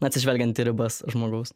na atsižvelgiant į ribas žmogaus